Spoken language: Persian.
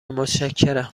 متشکرم